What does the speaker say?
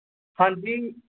ਹਾਂਜੀ